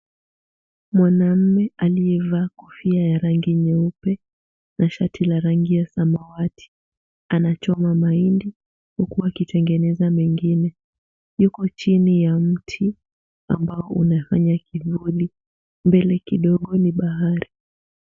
Mwanaume aliyevaa kofia ya rangi nyeupe na shati la rangi ya samawati anachoma mahindi huku akitengeneza mengine. Yuko chini ya mti ambao unafanya kivuli. Mbele kidogo ni bahari.